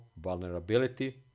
vulnerability